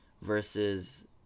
versus